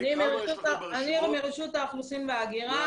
מרשות האוכלוסין וההגירה,